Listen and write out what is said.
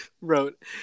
wrote